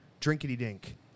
drinkity-dink